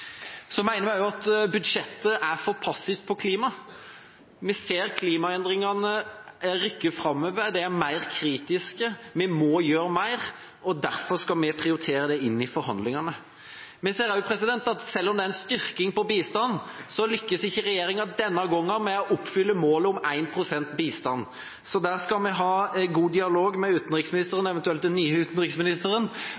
Så mener vi også at budsjettet er for passivt på klima. Vi ser klimaendringene rykke framover – de er mer kritiske. Vi må gjøre mer, og derfor skal vi prioritere det inn i forhandlingene. Vi ser også at selv om det er en styrking på bistand, lykkes ikke regjeringa denne gangen med å oppfylle målet om 1 pst. i bistand. Så der skal vi ha god dialog med utenriksministeren